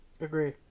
Agree